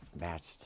matched